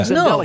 no